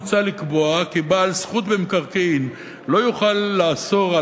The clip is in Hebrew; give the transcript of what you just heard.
מוצע לקבוע כי בעל זכות במקרקעין לא יוכל לאסור על